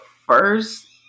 first